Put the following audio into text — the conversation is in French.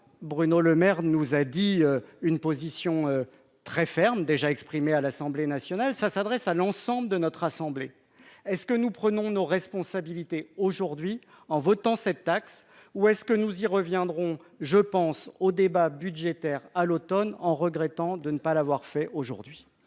Bruno Lemaire nous a dit, une position très ferme déjà exprimée à l'Assemblée nationale, ça s'adresse à l'ensemble de notre assemblée, est ce que nous prenons nos responsabilités aujourd'hui en votant cette taxe ou est-ce que nous y reviendrons, je pense au débat budgétaire à l'Automne, en regrettant de ne pas l'avoir fait aujourd'hui.